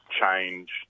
change